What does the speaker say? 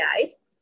guys